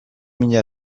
mina